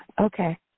Okay